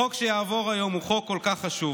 החוק שיעבור היום הוא חוק כל כך חשוב.